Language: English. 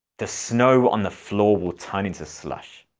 the snow on the floor will turn into slush.